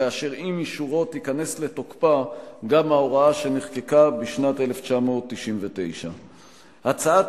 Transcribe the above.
ואשר עם אישורו תיכנס לתוקפה גם ההוראה שנחקקה בשנת 1999. הצעת